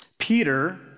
Peter